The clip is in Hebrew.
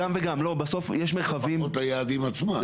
גם וגם, לא בסוף יש מרחבים -- לפחות ליעדים עצמם.